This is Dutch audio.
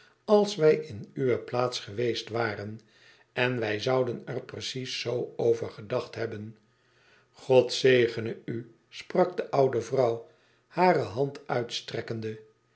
als wij in uwe plaats geweest waren en wij zouden er precies zoo over gedacht hebben god zegene u sprak de oude vrouw hare hand uitstrekkende